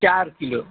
चार किलो